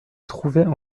trouvaient